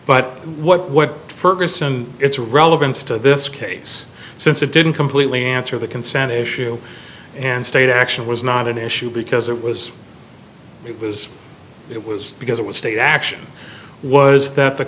but what what ferguson its relevance to this case since it didn't completely answer the consent issue and state action was not an issue because it was it was it was because it was state action was that the